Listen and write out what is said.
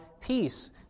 peace